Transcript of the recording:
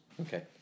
Okay